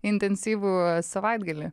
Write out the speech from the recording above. intensyvų savaitgalį